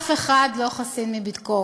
אף אחד לא חסין מביקורת.